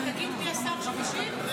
אתה תגיד מי השר שמשיב?